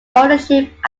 ownership